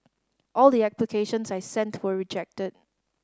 all the applications I sent were rejected